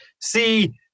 see